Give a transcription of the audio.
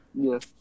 Yes